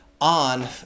on